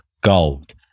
gold